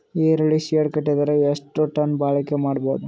ಈರುಳ್ಳಿ ಶೆಡ್ ಕಟ್ಟಿದರ ಎಷ್ಟು ಟನ್ ಬಾಳಿಕೆ ಮಾಡಬಹುದು?